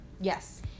Yes